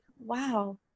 wow